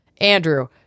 Andrew